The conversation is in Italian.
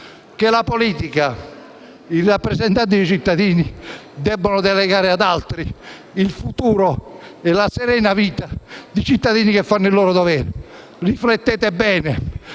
che la politica e i rappresentanti dei cittadini debbano delegare ad altri il futuro e la serena vita di cittadini che fanno il loro dovere. Riflettete bene.